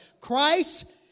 Christ